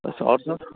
और सब